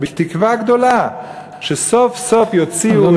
בתקווה גדולה שסוף-סוף יוציאו,